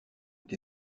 été